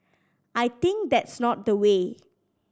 I think that's not the way